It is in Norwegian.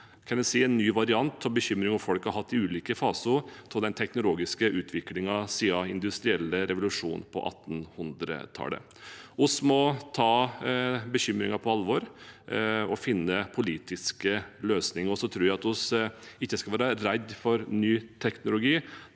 en ny variant av bekymring folk har hatt i ulike faser av den teknologiske utviklingen siden den industrielle revolusjon på 1800tallet. Vi må ta bekymringene på alvor og finne politiske løsninger. Jeg tror ikke vi skal være redd for ny teknologi.